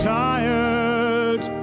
tired